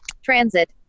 Transit